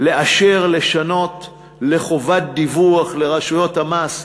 לאשר לשנות לחובת דיווח לרשויות המס,